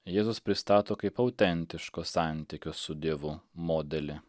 jėzus pristato kaip autentiško santykio su dievu modelį